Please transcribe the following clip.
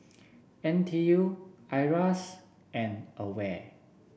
N T U Iras and Aware